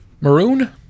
Maroon